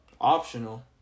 Optional